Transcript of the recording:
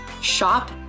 shop